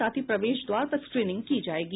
साथ ही प्रवेश द्वार पर स्क्रीनिंग की जायेगी